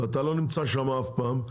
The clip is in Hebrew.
ואתה לא נמצא שם אף פעם,